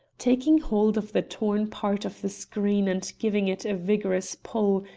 taking hold of the torn part of the screen and giving it a vigorous pull,